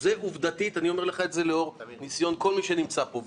את זה אני אומר לך עובדתית לאור ניסיון של כל מי שנמצא פה.